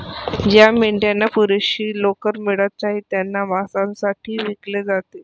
ज्या मेंढ्यांना पुरेशी लोकर मिळत नाही त्यांना मांसासाठी विकले जाते